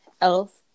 else